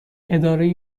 اداره